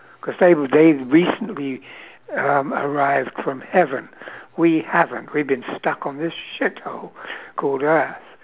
cause they've they've recently um arrived from heaven we haven't we've been stuck on this shithole called earth